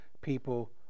people